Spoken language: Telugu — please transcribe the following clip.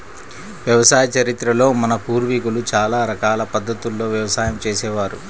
వ్యవసాయ చరిత్రలో మన పూర్వీకులు చాలా రకాల పద్ధతుల్లో వ్యవసాయం చేసే వారు